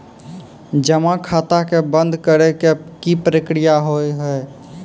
जमा खाता के बंद करे के की प्रक्रिया हाव हाय?